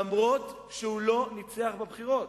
אף-על-פי שהוא לא ניצח בבחירות.